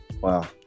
Wow